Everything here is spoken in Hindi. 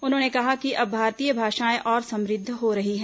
उन्होंने कहा कि अब भारतीय भाषाएं और समृद्ध हो रही है